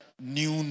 new